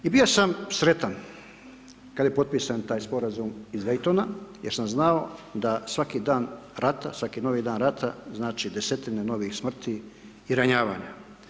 I bio sam sretan kad je potpisan taj Sporazum iz Dejtona jer sam znao da svaki dan rata, svaki novi dan rata, znači desetine novih smrti i ranjavanja.